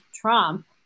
Trump